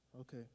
Okay